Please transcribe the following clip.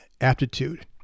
aptitude